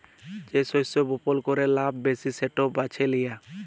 যে শস্য বপল ক্যরে লাভ ব্যাশি সেট বাছে লিয়া